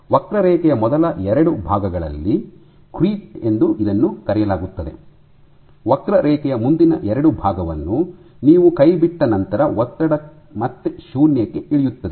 ವಕ್ರರೇಖೆಯ ಮೊದಲ ಎರಡು ಭಾಗಗಳನ್ನು ಕ್ರೀಪ್ ಎಂದು ಕರೆಯಲಾಗುತ್ತದೆ ವಕ್ರರೇಖೆಯ ಮುಂದಿನ ಎರಡು ಭಾಗವನ್ನು ನೀವು ಕೈಬಿಟ್ಟ ನಂತರ ಒತ್ತಡವು ಮತ್ತೆ ಶೂನ್ಯಕ್ಕೆ ಇಳಿಯುತ್ತದೆ